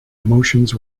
emotions